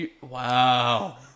Wow